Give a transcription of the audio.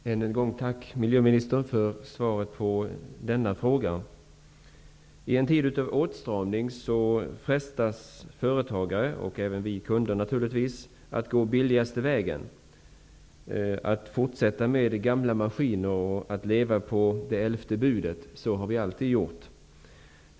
Herr talman! Än en gång tack, miljöministern, för svaret på denna fråga. I en tid av åtstramning frestas företagare, och även vi kunder naturligtvis, att gå den billigaste vägen, att fortsätta med gamla maskiner och leva på det elfte budet: Så har vi alltid gjort.